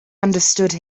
understood